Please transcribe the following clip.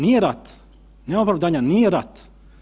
Nije rat, nema opravdanja, nije rat.